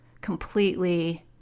completely